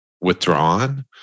withdrawn